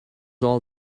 all